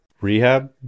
Rehab